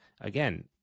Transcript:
again